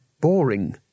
boring